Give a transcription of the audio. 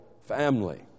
family